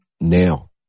now